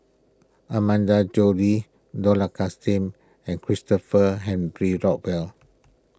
Amanda Joe Lee Dollah and Christopher Henry Rothwell